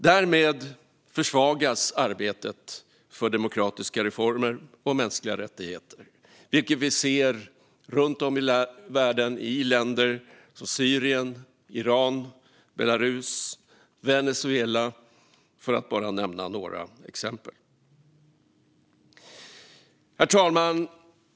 Därmed försvagas arbetet för demokratiska reformer och mänskliga rättigheter, vilket vi ser runt om i världen i länder som Syrien, Iran, Belarus och Venezuela, för att bara nämna några exempel. Herr talman!